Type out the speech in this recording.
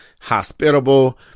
hospitable